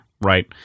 right